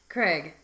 Craig